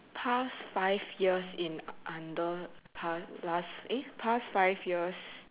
past five years in under pass last eh past five years